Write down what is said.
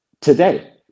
today